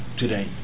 today